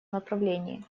направлении